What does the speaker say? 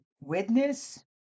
witness